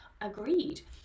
agreed